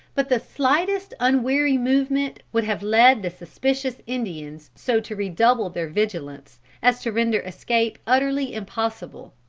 but the slightest unwary movement would have led the suspicious indians so to redouble their vigilance as to render escape utterly impossible.